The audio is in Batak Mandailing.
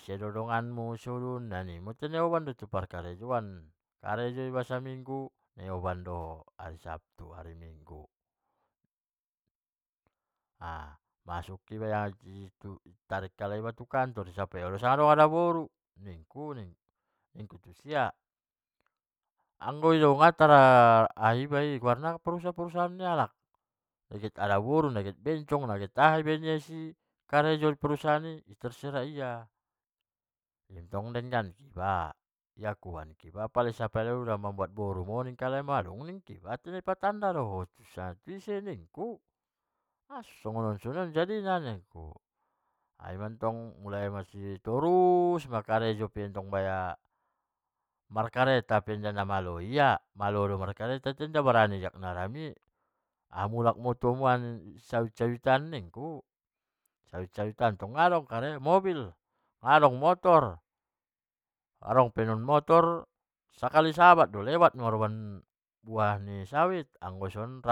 Ise dongan mu sadun tai na u oban doho tu parkarejoan. karejo iba saminggu di oban do hari sabtu hari minggu, masuk pe di tarik alai pe iba tu kantor di sapai hodo sanga adong adaboru nikku tusia, anggoiba natar aha i ba i guarn ape perusahan ni halak, nagiot adaboru nagiot bencong sude isi karejo di perusahan i i terserah ia. tai tong pala sapai halai dung mambuat boru doho, madung ningku tau di patanda do ho sanga tu ise nikku, asi songonon jadina nikku, sampe tong torus markareta pe nda malo ia, malo pe ia nda berani di dalan i, mulak maho tu hamuan tu sawit-sawit an ikku, sawit-sawit an tong nadong mobil nadong motor, adong pe naron mootr sakali saabad do lewat maroban buah ni sawit, anggo ison